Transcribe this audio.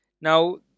now